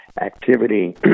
activity